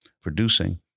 producing